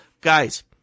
Guys